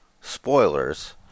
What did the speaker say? spoilers